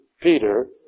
Peter